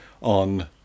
on